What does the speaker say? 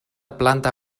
planta